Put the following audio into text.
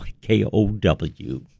K-O-W